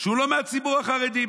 שהוא לא מהציבור החרדי,